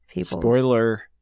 Spoiler